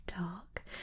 dark